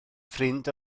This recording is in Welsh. ffrind